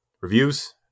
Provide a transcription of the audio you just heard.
reviews